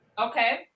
Okay